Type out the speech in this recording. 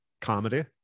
comedy